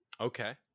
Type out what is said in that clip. Okay